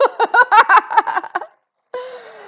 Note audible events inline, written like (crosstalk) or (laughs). (laughs)